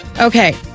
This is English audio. Okay